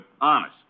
honest